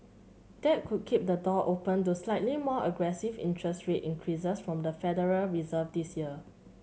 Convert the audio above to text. that could keep the door open to slightly more aggressive interest rate increases from the Federal Reserve this year